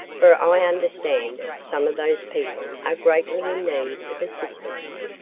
for i understand some of those people are greatly in need of assistance.